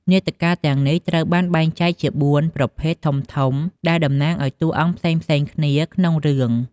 នាដការទាំងនេះត្រូវបានបែងចែកជា បួន ប្រភេទធំៗ ដែលតំណាងឲ្យតួអង្គផ្សេងៗគ្នាក្នុងរឿង។